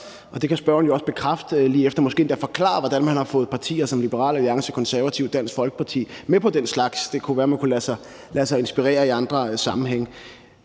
Det kan spørgeren jo også bekræfte og måske endda forklare, hvordan man har fået partier som Liberal Alliance, Konservative og Dansk Folkeparti med på den slags. Det kunne være, man kunne lade sig inspirere i andre sammenhænge.